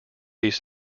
east